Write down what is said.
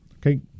Okay